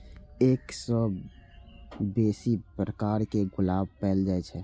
एक सय सं बेसी प्रकारक गुलाब पाएल जाए छै